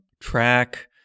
track